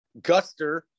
Guster